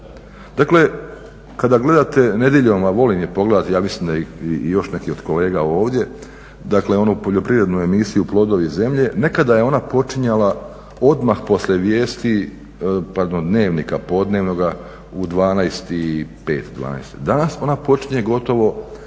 Dakle, kada gledate nedjeljom, a volim pogledati ja mislim da i još neki od kolega ovdje, dakle onu poljoprivrednu emisiju "Plodovi zemlje" nekada je ona počinjala odmah poslije vijesti, pardon Dnevnika podnevnoga u 12,05 danas ona počinje gotovo